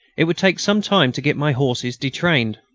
it would take some time to get my horses detrained,